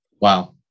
Wow